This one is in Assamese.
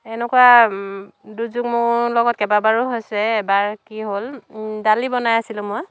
এনেকুৱা দুৰ্যোগ মোৰ লগত কেবাবাৰো হৈছে এবাৰ কি হ'ল দালি বনাই আছিলোঁ মই